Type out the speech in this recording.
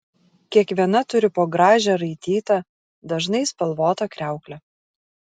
kiekviena turi po gražią raitytą dažnai spalvotą kriauklę